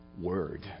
word